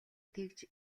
тэгж